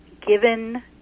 given